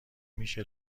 میشه